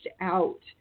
out